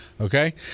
okay